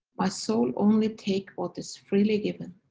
my soul only takes what is freely given.